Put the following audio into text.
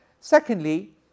Secondly